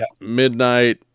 Midnight